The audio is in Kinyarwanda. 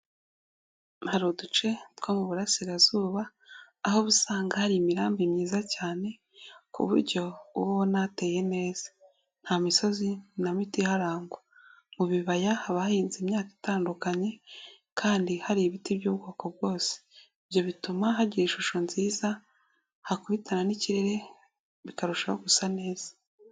Hari uduce two mu burasirazuba, aho usanga hari imirambi myiza cyane, ku buryo uba ubona iteye neza, nta misozi nta mito iharangwa, mu bibaya habahinze imyaka itandukanye kandi hari ibiti by'ubwoko bwose, ibyo bituma hagira ishusho nziza hakubitana n'ikirere bikarushaho gusa neza.